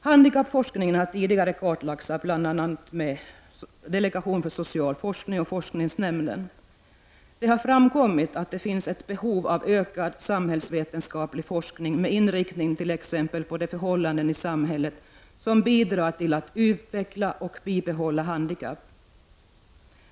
Handikappforskningen har tidigare kartlagts av bl.a. delegationen för social forskning och forskningsnämnden. Det har framkommit att det finns ett behov av ökad samhällsvetenskaplig forskning med inriktning på t.ex. de förhållanden i samhället som bidrar till att utveckla och bibehålla handikapp.